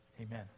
Amen